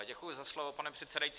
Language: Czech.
Děkuji za slovo, pane předsedající.